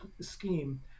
scheme